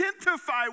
identify